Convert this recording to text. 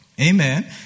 Amen